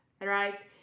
right